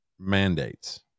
mandates